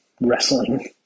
wrestling